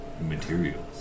materials